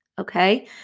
Okay